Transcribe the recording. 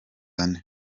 ane